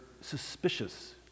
suspicious